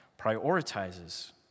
prioritizes